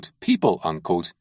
people